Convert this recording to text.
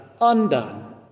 undone